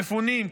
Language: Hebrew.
מפונים,